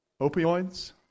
Opioids